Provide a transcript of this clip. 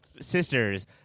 ...sisters